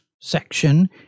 section